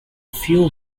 few